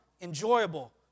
enjoyable